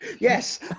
Yes